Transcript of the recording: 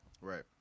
right